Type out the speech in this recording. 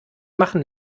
machen